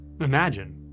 imagine